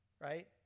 right